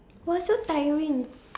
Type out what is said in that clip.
!woah! so tiring it's